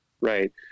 right